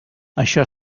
això